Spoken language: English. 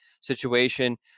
situation